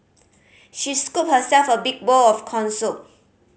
she scooped herself a big bowl of corn soup